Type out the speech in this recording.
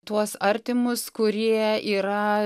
tuos artimus kurie yra